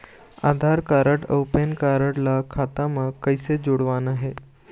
आधार card अऊ PAN card ला खाता म कइसे जोड़वाना हे?